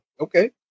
Okay